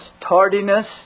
tardiness